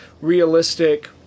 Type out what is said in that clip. realistic